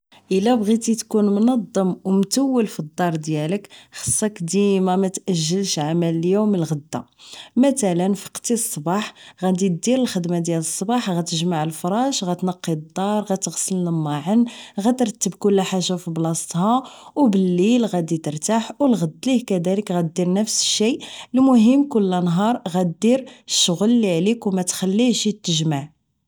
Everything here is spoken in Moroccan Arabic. الا بغيتي تكون منضم و متول فالدار ديالك خصك ديما ماتأجلش عمل اليوم لغدا مثلا فقتي صباح غدير الخدمة ديال الصباح غتجمع الفراش غتنقي الدار غتغسل الماعن غترتب كل حاجة فبلاصتها و بالليل غادي ترتاح و الغدليه كدالك غادير نفس الشئ المهم كل نهار غادير الشغل اللي عليك و ماتخليهش اتجمع عليك